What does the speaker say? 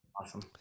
Awesome